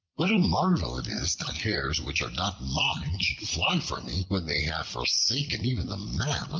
what a marvel it is that hairs which are not mine should fly from me, when they have forsaken even the man